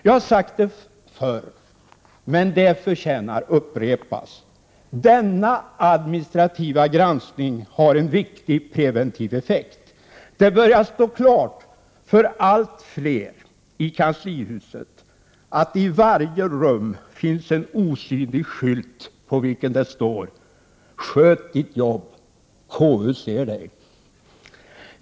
Jag har sagt det förr, men det förtjänar att upprepas: Denna administrativa granskning har en viktig preventiv effekt. Det börjar stå klart för allt fler i kanslihuset att i varje rum finns en osynlig skylt på vilken står: Sköt ditt jobb, KU ser dig!